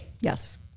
Yes